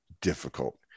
difficult